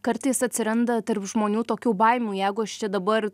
kartais atsiranda tarp žmonių tokių baimių jeigu aš čia dabar